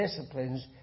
disciplines